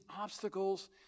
obstacles